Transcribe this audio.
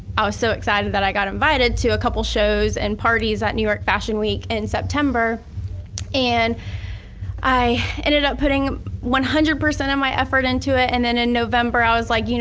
i was so excited that i got invited to a couple shows and parties at new york fashion week in september and i ended up putting one hundred percent of my effort into it and then in november, i was like, you